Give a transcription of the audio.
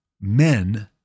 men